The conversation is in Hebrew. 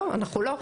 אנחנו לא.